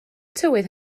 tywydd